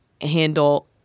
handle